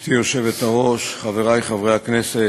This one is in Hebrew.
גברתי היושבת-ראש, חברי חברי הכנסת,